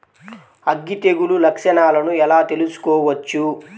అగ్గి తెగులు లక్షణాలను ఎలా తెలుసుకోవచ్చు?